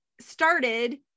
started